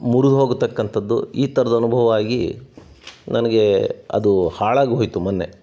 ಮುರ್ದು ಹೋಗತಕ್ಕಂಥದ್ದು ಈ ಥರ್ದ ಅನುಭವವಾಗಿ ನನಗೆ ಅದು ಹಾಳಾಗಿ ಹೋಯಿತು ಮೊನ್ನೆ